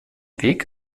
weg